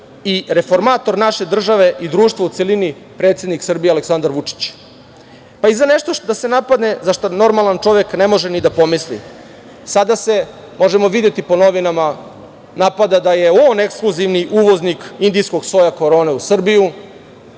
i reformator naše države i društva u celini, predsednik Srbije, Aleksandar Vučić. Pa i da se napadne za nešto za šta normalan čovek ne može ni da pomisli. Sada možemo videti po novinama, da napada da je on ekskluzivni uvoznik indijskog soja korone u Srbiju,